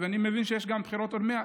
ואני גם מבין שיש בחירות עוד מעט.